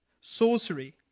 sorcery